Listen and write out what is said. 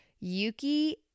Yuki